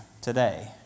today